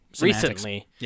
recently